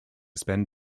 spend